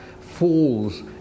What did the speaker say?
falls